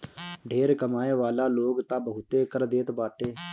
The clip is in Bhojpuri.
ढेर कमाए वाला लोग तअ बहुते कर देत बाटे